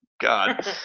god